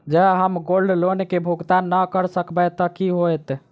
जँ हम gold loan केँ भुगतान न करऽ सकबै तऽ की होत?